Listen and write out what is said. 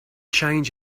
change